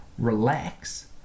relax